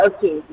Okay